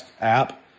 app